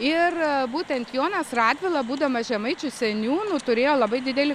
ir būtent jonas radvila būdamas žemaičių seniūnu turėjo labai didelį